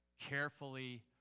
carefully